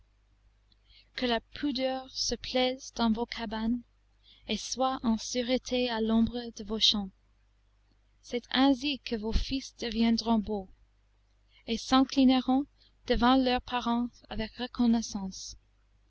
que la pudeur se plaise dans vos cabanes et soit en sûreté à l'ombre de vos champs c'est ainsi que vos fils deviendront beaux et s'inclineront devant leurs parents avec reconnaissance